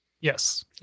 Yes